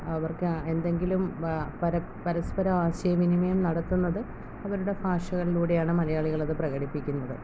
അവർക്ക് എന്തെങ്കിലും പരസ്പര ആശയ വിനിമയം നടത്തുന്നത് അവരുടെ ഭാഷകളിലൂടെയാണ് മലയാളികൾ അത് പ്രകടിപ്പിക്കുന്നത്